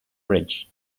bridge